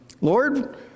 Lord